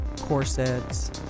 corsets